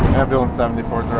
ambulance seventy